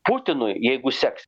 putinui jeigu seks